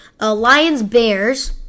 Lions-Bears